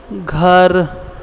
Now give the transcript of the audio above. घर